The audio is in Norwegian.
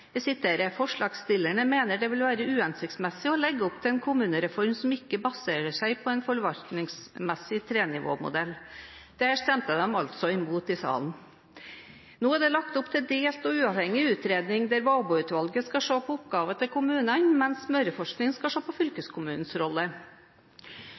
Jeg siterer: «Forslagsstillerne mener det vil være uhensiktsmessig å legge opp til en kommunereform som ikke baserer seg på en forvaltningsmessig trenivåmodell.» De stemte altså imot dette i salen. Nå er det lagt opp til en delt og uavhengig utredning, der Vaboutvalget skal se på kommunenes oppgaver, mens Møreforskning skal se på